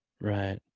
Right